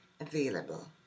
available